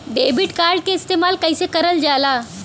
Debit card के इस्तेमाल कइसे करल जाला?